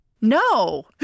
no